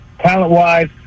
talent-wise